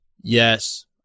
Yes